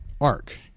arc